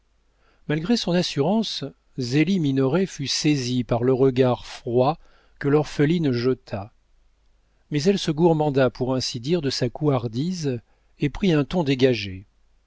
malgré son assurance zélie minoret fut saisie par le regard froid que l'orpheline jeta mais elle se gourmanda pour ainsi dire de sa couardise et prit un ton dégagé